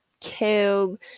killed